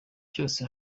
cyose